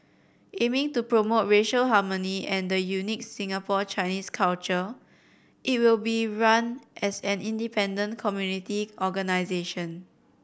aiming to promote racial harmony and the unique Singapore Chinese culture it will be run as an independent community organisation